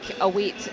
await